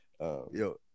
Yo